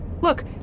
Look